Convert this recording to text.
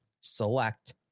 select